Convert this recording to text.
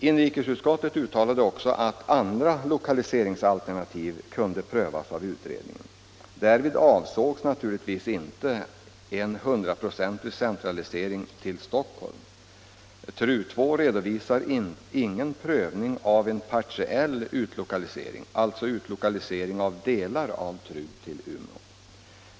Inrikesutskottet uttalade också att andra lokaliseringsalternativ kunde prövas av utredningen. Därvid avsågs naturligtvis inte en hundrapro 151 centig centralisering till Stockholm. TRU II redovisar ingen prövning av en partiell utlokalisering, alltså utlokalisering av delar av TRU till Umeå.